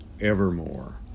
Evermore